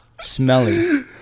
Smelly